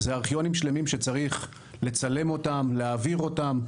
זה ארכיונים שלמים שצריך לצלם אותם, להעביר אותם.